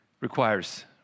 Requires